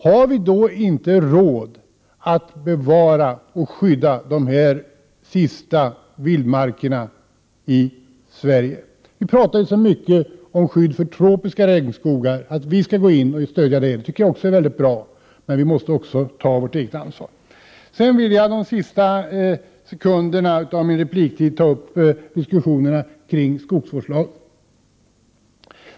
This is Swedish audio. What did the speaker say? Har vi då inte råd att bevara och skydda de sista vildmarkerna i Sverige? Vi talar så mycket om skydd för tropiska regnskogar. Vi skall gå in och skydda dem. Det tycker jag också är mycket bra. Men vi måste också ta vårt eget ansvar. De sista sekunderna av min repliktid vill jag använda för att ta upp diskussionen kring skogsvårdslagen.